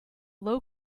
low